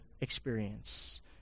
experience